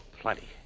Plenty